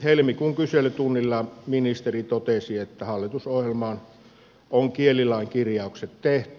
helmikuun kyselytunnilla ministeri totesi että hallitusohjelmaan on kielilain kirjaukset tehty